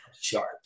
Sharp